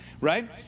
right